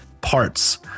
parts